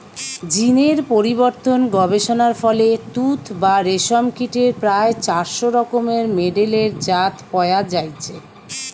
জীন এর পরিবর্তন গবেষণার ফলে তুত বা রেশম কীটের প্রায় চারশ রকমের মেডেলের জাত পয়া যাইছে